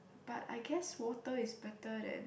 but I guess water is better than